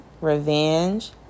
revenge